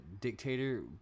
dictator